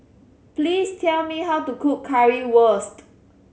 please tell me how to cook Currywurst